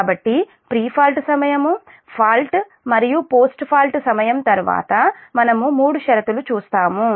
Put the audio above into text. కాబట్టి pre fault సమయం fault మరియు పోస్ట్ ఫాల్ట్ సమయం తర్వాత మనము మూడు షరతులను చూస్తాము